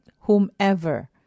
whomever